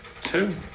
Two